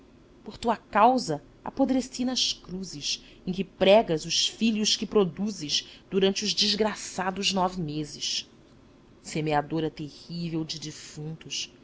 por tua causa apodreci nas cruzes em que pregas os filhos que produzes durante os desgraçados nove meses semeadora terrível de defuntod